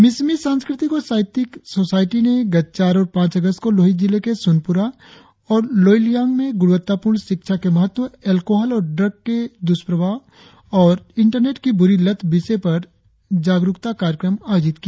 मिश्मी सांस्कृतिक और साहित्यिक सोसायटी ने गत चार और पांच अगस्त को लोहित जिले के सुनपुरा और लोईलियांग में गुणवत्तापूर्ण शिक्षा के महत्व एल्कोहल और ड्रग के दुष्प्रभाव और इंटरनेट की बुरी लत विषय पर जानगरुकता कार्यक्रम आयोजित किया